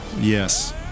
Yes